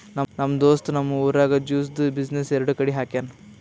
ನಮ್ ದೋಸ್ತ್ ನಮ್ ಊರಾಗ್ ಜ್ಯೂಸ್ದು ಬಿಸಿನ್ನೆಸ್ ಎರಡು ಕಡಿ ಹಾಕ್ಯಾನ್